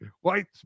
white